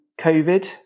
COVID